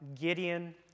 Gideon